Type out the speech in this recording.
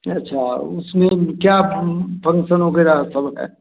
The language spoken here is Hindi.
अच्छा उसमें क्या फंक्सन वगैरह सब है